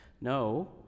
No